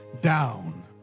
down